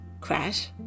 Crash